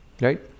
right